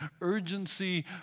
Urgency